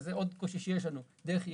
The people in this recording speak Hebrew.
וזה עוד קושי שיש לנו דרך יעילה.